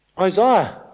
Isaiah